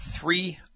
three